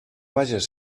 vages